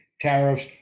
tariffs